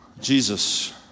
Jesus